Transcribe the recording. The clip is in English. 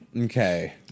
Okay